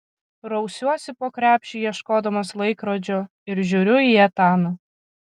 rausiuosi po krepšį ieškodamas laikrodžio ir žiūriu į etaną